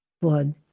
Blood